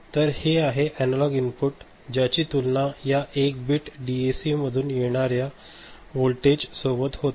तर हे आहे अनालॉग इनपुट ज्याची तुलना या 1 बिट डीएसी मधून येणाऱ्या वोल्टेज सोबत होते